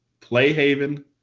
Playhaven